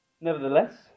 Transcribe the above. Nevertheless